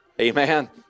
Amen